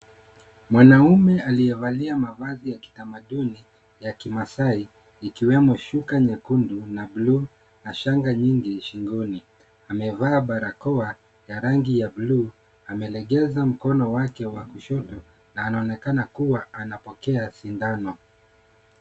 Mwanamume aliyevalia mavazi ya kitamaduni ya kimasai ikiwemo shuka nyekundu na bluu na shanga nyingi shingoni. Amevaa barakoa ya rangi ya bluu, amelegeza mkono wake wa kushoto na anaonekana kuwa anapokea sindano.